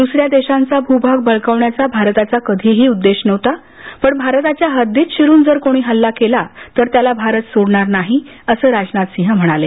दुस या देशांचा भूभाग बळकावण्याचा भारताचा कधीही उद्देश नव्हता पण भारताच्या हद्दीत शिरून जर कोणी हल्ला केला तर त्याला भारत सोडणार नाही अस राजनाथ सिंह म्हणाले